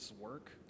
work